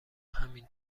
همین